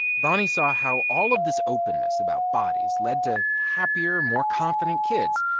bonnie saw how all of this openness about bodies led to happier, more confident kids,